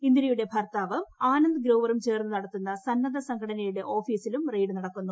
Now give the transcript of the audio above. ഇന്ദിരയും ഭർത്താവ് ആനന്ദ് ഗ്രോവറും ചേർന്ന് നടത്തുന്ന സന്നദ്ധ സംഘടനയുടെ ഓഫീസിലും റെയ്ഡ് നടത്തുന്നു